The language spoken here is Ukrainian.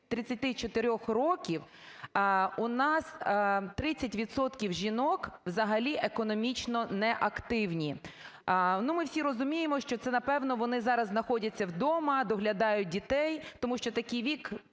34 років у нас 30 відсотків жінок взагалі економічно неактивні. Ну, ми всі розуміємо, що це, напевно, вони зараз знаходяться вдома, доглядають дітей, тому що такий вік